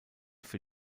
für